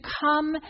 come